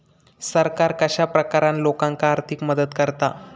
सरकार कश्या प्रकारान लोकांक आर्थिक मदत करता?